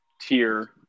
tier